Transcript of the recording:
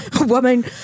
woman